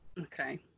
okay